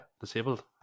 disabled